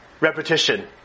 repetition